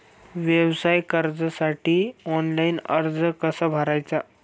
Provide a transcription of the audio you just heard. व्यवसाय कर्जासाठी ऑनलाइन अर्ज कसा भरायचा?